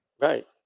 Right